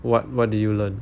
what what did you learn